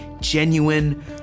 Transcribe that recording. genuine